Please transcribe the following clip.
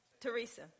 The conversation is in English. Teresa